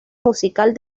musical